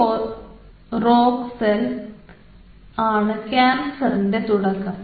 ഈ rogue cell ആണ് ക്യാൻസറിന്റെ തുടക്കം